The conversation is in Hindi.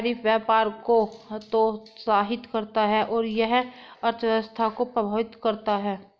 टैरिफ व्यापार को हतोत्साहित करता है और यह अर्थव्यवस्था को प्रभावित करता है